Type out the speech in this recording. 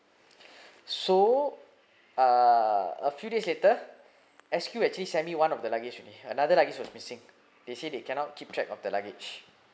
so uh a few days later S_Q actually send me one of the luggage another luggage was missing they say they cannot keep track of the luggage